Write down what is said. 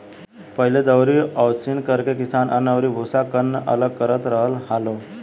पहिले दउरी ओसौनि करके किसान अन्न अउरी भूसा, कन्न अलग करत रहल हालो